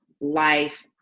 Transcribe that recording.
life